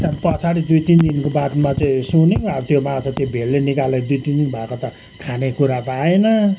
त्यहाँदेखि पछाडि दुई तिन दिनको बादमा चाहिँ सुन्यौँ अब त्यो माछा त्यो भेलले निकालेर दुई तिन दिन भएको त खाने कुरा त आएन